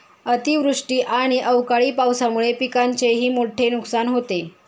अतिवृष्टी आणि अवकाळी पावसामुळे पिकांचेही मोठे नुकसान होते